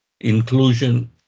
inclusion